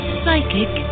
psychic